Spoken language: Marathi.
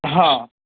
हां